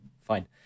fine